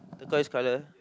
turquoise colour